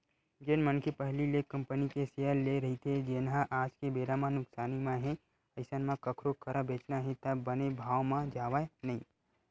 जेन मनखे पहिली ले कंपनी के सेयर लेए रहिथे जेनहा आज के बेरा म नुकसानी म हे अइसन म कखरो करा बेंचना हे त बने भाव म जावय नइ